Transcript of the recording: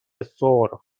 سرخ